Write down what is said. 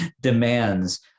demands